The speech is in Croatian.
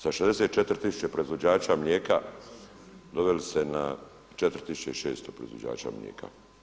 Sa 64 tisuće proizvođača mlijeka doveli ste na 4600 proizvođača mlijeka.